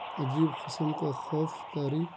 عجیب قسم کا خوف طاری